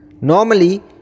Normally